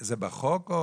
זה בחוק?